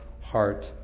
heart